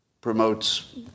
promotes